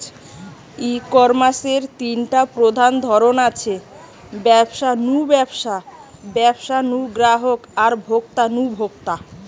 ই কমার্সের তিনটা প্রধান ধরন আছে, ব্যবসা নু ব্যবসা, ব্যবসা নু গ্রাহক আর ভোক্তা নু ভোক্তা